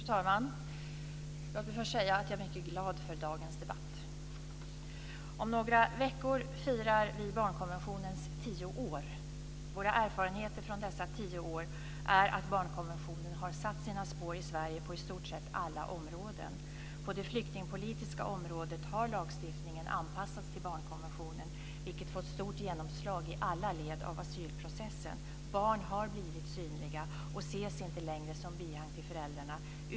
Fru talman! Låt mig först säga att jag är mycket glad för dagens debatt. Om några veckor firar vi barnkonventionens tio år. Våra erfarenheter från dessa tio år är att barnkonventionen har satt sina spår i Sverige på i stort sett alla områden. På det flyktingpolitiska området har lagstiftningen anpassats till barnkonventionen, vilket fått stort genomslag i alla led av asylprocessen. Barn har blivit synliga och ses inte längre som bihang till föräldrarna.